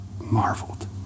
Marveled